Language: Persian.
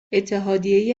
اتحادیه